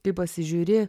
kai pasižiūri